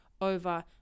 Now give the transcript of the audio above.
over